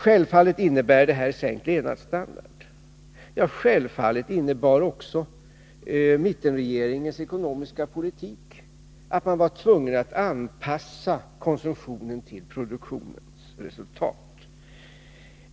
Självfallet innebär en anpassning en sänkning av levnadsstandarden, och givetvis innebar också mittenregeringens ekonomiska politik att man var tvungen att anpassa konsumtionen till produktionsresultatet.